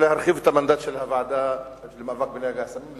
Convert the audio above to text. להרחיב את המנדט של הוועדה למאבק בנגע הסמים,